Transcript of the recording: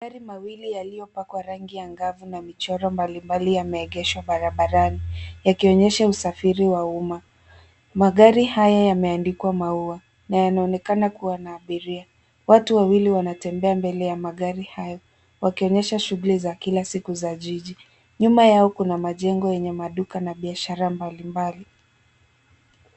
Magari mawili yaliyopakwa rangi angavu na michoro mbalimbali yameegeshwa barabarani yakionyesha usafiri wa umma. Magari haya yameandikwa maua na yanaonekana kuwa na abiria. Watu wawili wanatembea mbele ya magari haya wakionyesha shughuli za kila siku za jiji. Nyuma yao kuna majengo yenye maduka na biashara mbalimbali.